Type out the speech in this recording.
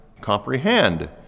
comprehend